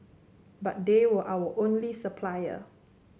but they were our only supplier